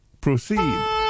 proceed